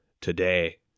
today